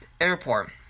Airport